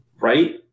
right